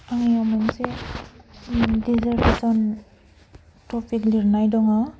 आंनियाव मोनसे dissertation topic लिरनाय दङ